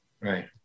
right